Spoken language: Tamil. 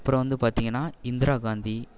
அப்புறம் வந்து பார்த்திங்கன்னா இந்திரா காந்தி